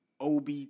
OB